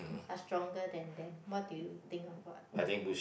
are stronger than them what do you think about that